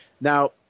now